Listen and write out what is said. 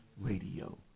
Radio